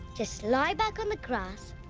just lie back on the grass,